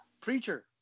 preacher